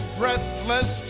breathless